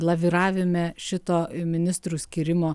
laviravime šito ministrų skyrimo